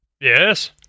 Yes